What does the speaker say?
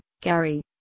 Gary